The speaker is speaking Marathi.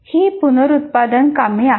ही पुनरुत्पादन कामे आहेत